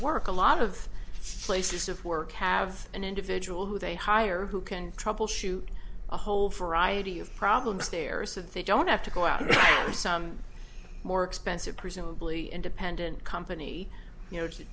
work a lot of places of work have an individual who they hire who can troubleshoot a whole variety of problems terrorists that they don't have to go out to some more expensive presumably independent company you know